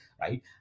right